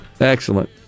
Excellent